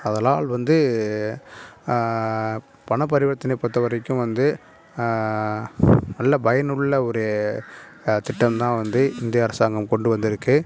அதனால் வந்து பணப்பரிவர்த்தனை பொறுத்தவரைக்கும் வந்து நல்ல பயனுள்ள ஒரு திட்டம் தான் வந்து இந்திய அரசாங்கம் கொண்டு வந்திருக்கு